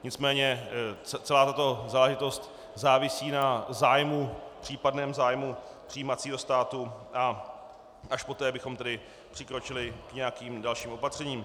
Nicméně celá tato záležitost závisí na případném zájmu přijímacího státu, a až poté bychom tedy přikročili k nějakým dalším opatřením.